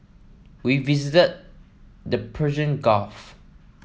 we visit the Persian Gulf